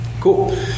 Cool